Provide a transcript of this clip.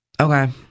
Okay